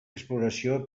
exploració